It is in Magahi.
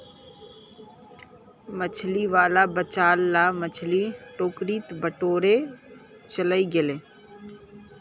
मछली वाला बचाल ला मछली टोकरीत बटोरे चलइ गेले